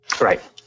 Right